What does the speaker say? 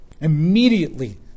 Immediately